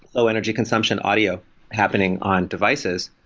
low energy consumption audio happening on devices,